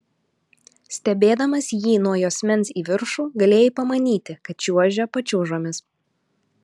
stebėdamas jį nuo juosmens į viršų galėjai pamanyti kad čiuožia pačiūžomis